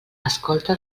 escolta